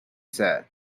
said